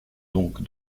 donc